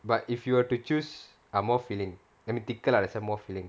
but if you were to choose ah more filling I mean thicker lah that's why more filling